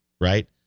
right